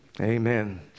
Amen